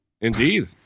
indeed